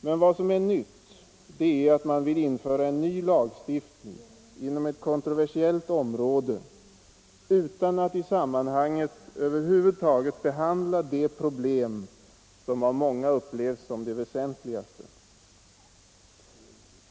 Men vad som är nytt, det är att man vill införa en ny lagstiftning inom ett kontroversiellt område utan att i sammanhanget över huvud taget behandla de problem som av många upplevs som det väsentligaste.